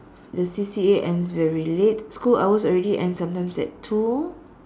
the C_C_A ends very late school hours already ends sometimes at two